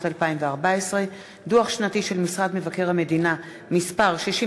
2014. דוח ביקורת שנתי של מבקר המדינה 65ב,